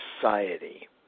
Society